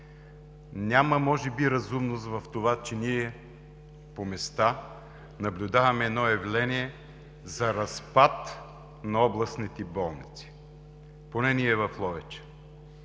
няма разумност в това, че ние по места наблюдаваме едно явление за разпад на областните болници, поне ние в Ловеч.